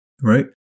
right